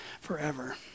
forever